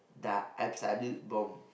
bomb